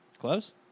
close